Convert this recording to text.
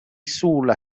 sulla